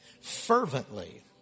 fervently